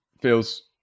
feels